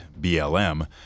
BLM